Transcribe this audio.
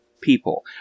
people